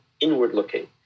inward-looking